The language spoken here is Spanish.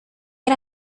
era